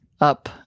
up